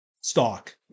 stock